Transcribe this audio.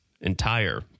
entire